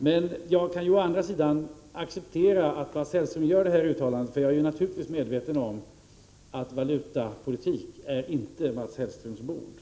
Men jag kan ju å andra sidan acceptera att Mats Hellström gör detta uttalande, eftersom jag naturligtvis är medveten om att valutapolitik inte är hans bord.